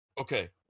Okay